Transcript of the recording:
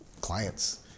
clients